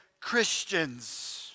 Christians